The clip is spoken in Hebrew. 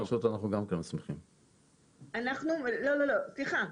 לא, סליחה.